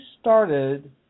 started